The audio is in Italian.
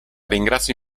ringrazio